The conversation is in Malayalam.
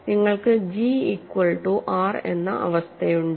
അതിനാൽ നിങ്ങൾക്ക് G ഈക്വൽ റ്റു R എന്ന അവസ്ഥയുണ്ട്